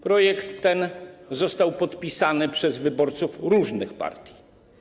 Projekt ten został podpisany przez wyborców różnych partii.